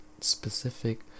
specific